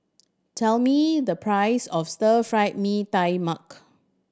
tell me the price of Stir Fried Mee Tai Mak